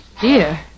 dear